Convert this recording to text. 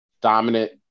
dominant